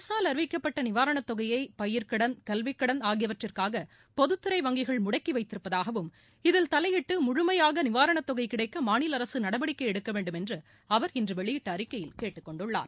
அரசால் அறிவிக்கப்பட்ட நிவாரணத் தொகையை பயிர்க்கடன் கல்விக் கடன் ஆகியவற்றுக்காக பொதுத் துறை வங்கிகள் முடக்கி வைத்திருப்பதாகவும் இதில் தலையிட்டு முழுமையாக நிவாரணத் தொகை கிடைக்க மாநில அரசு நடவடிக்கை எடுக்கவேண்டும் என்று அவர் இன்று வெளியிட்ட அறிக்கையில் கேட்டுக்கொண்டுள்ளார்